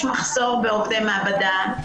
יש מחסור בעובדי מעבדה.